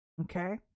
Okay